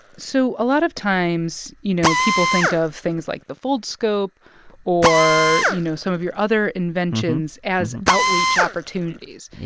so a lot of times, you know, people think of things like the foldscope or, you know, some of your other inventions as and outreach opportunities. yeah.